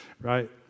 right